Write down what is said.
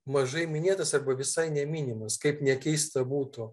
mažai minėtas arba visai neminimas kaip nekeista būtų